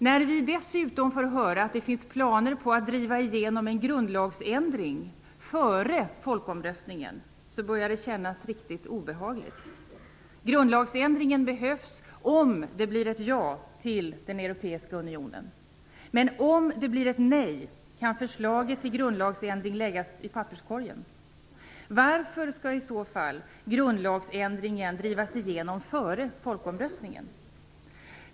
När vi dessutom får höra att det finns planer på att driva igenom en grundlagsändring före folkomröstningen, börjar det kännas riktigt obehagligt. Grundlagsändringen behövs om det blir ett ja till den europeiska unionen. Men om det blir ett nej, kan förslaget till grundlagsändring läggas i papperskorgen. Varför skall i så fall grundlagsändringen drivas igenom före folkomröstningen?